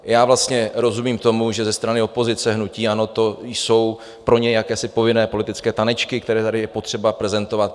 Já vlastně rozumím tomu, že ze strany opozice, hnutí ANO, to jsou pro ně jakési povinné politické tanečky, které tady je potřeba prezentovat.